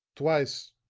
twice,